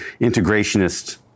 integrationist